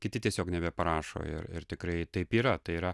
kiti tiesiog nebeparašo ir ir tikrai taip yra tai yra